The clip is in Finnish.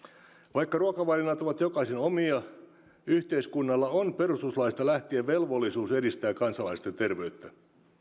vaikka ruokavalinnat ovat jokaisen omia yhteiskunnalla on perustuslaista lähtien velvollisuus edistää kansalaisten terveyttä